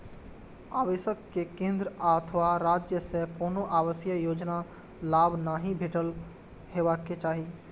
आवेदक कें केंद्र अथवा राज्य सं कोनो आवासीय योजनाक लाभ नहि भेटल हेबाक चाही